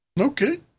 Okay